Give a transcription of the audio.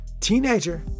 teenager